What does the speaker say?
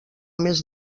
més